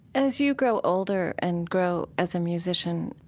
as you grow older and grow as a musician,